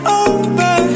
over